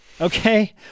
okay